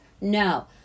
No